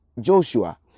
Joshua